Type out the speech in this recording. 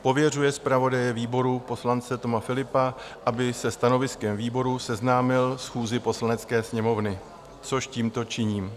Pověřuje zpravodaje výboru poslance Toma Philippa, aby se stanoviskem výboru seznámil schůzi Poslanecké sněmovny, což tímto činím.